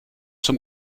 zum